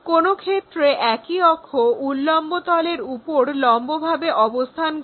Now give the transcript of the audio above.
কোনো ক্ষেত্রে একই অক্ষ উল্লম্ব তলের উপর লম্বভাবে অবস্থান করে